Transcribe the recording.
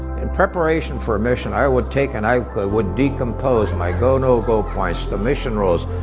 in preparation for a mission, i would take and i would decompose my go-no-go points. the mission rules,